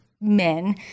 men